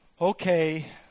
Okay